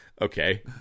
okay